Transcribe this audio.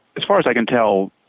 as far as i can tell,